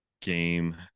game